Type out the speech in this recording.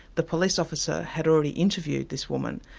the police officer had already interviewed this woman.